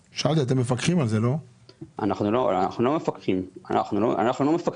פנייה מספר 143 עד 145, משרד הכלכלה